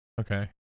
Okay